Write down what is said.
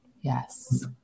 Yes